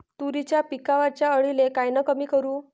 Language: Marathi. तुरीच्या पिकावरच्या अळीले कायनं कमी करू?